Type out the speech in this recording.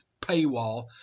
paywall